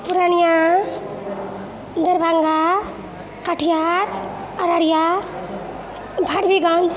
Purnia Darbhanga Katihar Araria Forbesganj